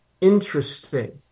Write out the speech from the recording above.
interesting